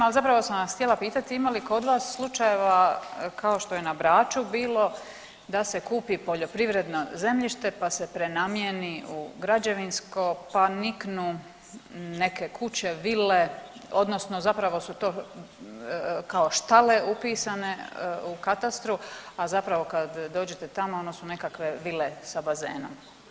Al zapravo sam vas htjela pitati ima li kod vas slučajeva kao što je na Braču bilo da se kupi poljoprivredno zemljište, pa se prenamijeni u građevinsko, pa niknu neke kuće, vile odnosno zapravo su to kao štale upisane u katastru, a zapravo kad dođete tamo ono su nekakve vile sa bazenom.